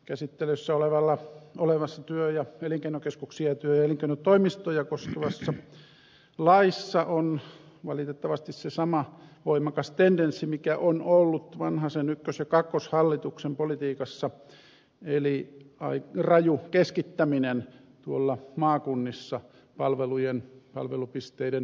käsittelyssä olevassa työ ja elinkeinokeskuksia ja työ ja elinkeinotoimistoja koskevassa laissa on valitettavasti se sama voimakas tendenssi mikä on ollut vanhasen ykkös ja kakkoshallituksen politiikassa eli raju keskittäminen tuolla maakunnissa palvelupisteiden osalta